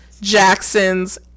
Jacksons